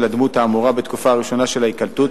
הדמות האמורה בתקופה הראשונה של ההיקלטות,